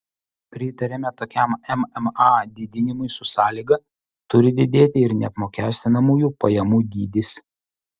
pritariame tokiam mma didinimui su sąlyga turi didėti ir neapmokestinamųjų pajamų dydis